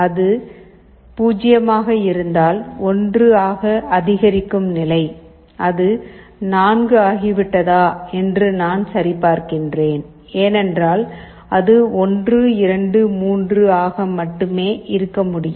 அது 0 ஆக இருந்தால் 1 ஆக அதிகரிக்கும் நிலை அது 4 ஆகிவிட்டதா என்று நான் சரிபார்க்கிறேன் ஏனென்றால் அது 1 2 3 ஆக மட்டுமே இருக்க முடியும்